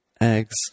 eggs